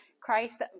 Christ